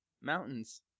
Mountains